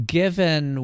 given